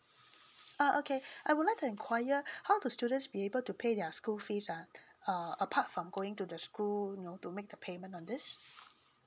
uh okay I would like to enquire how do students be able to pay their school fees ah uh apart from going to the school you know to make the payment on this